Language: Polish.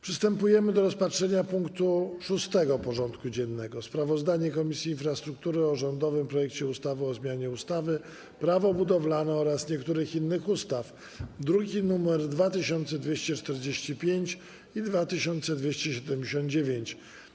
Przystępujemy do rozpatrzenia punktu 6. porządku dziennego: Sprawozdanie Komisji Infrastruktury o rządowym projekcie ustawy o zmianie ustawy - Prawo budowlane oraz niektórych innych ustaw (druki nr 2245 i 2279)